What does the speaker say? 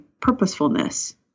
purposefulness